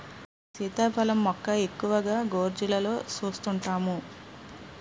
సీతాఫలం మొక్క ఎక్కువగా గోర్జీలలో సూస్తుంటాము